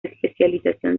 especialización